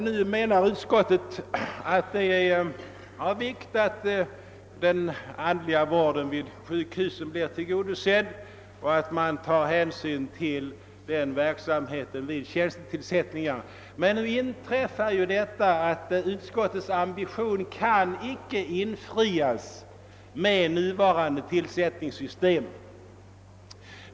Nu menar utskottet att det är av vikt att behovet av andlig vård vid sjukhusen blir tillgodosett och att man bör ta hänsyn till verksamhet inom denna vid tjänstetillsättningar. Utskottets ambition kan emellertid icke infrias med nuvarande tillsättningssystem.